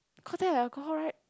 cause there got alcohol right